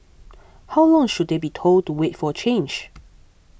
how long should they be told to wait for change